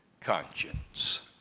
conscience